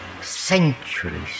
centuries